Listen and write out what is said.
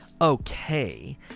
okay